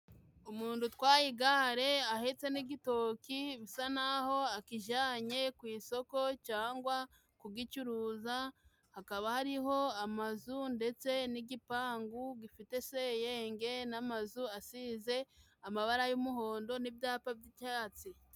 Umuntu utwaye igare ahetse n'igitoki bisa naho akijanye ku isoko cyangwa kugicuruza, hakaba hariho amazu ndetse n'igipangu gifite senyenge n'amazu asize amabara y'umuhondo n'ibyapa by'icyatsi.